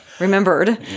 remembered